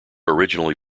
originally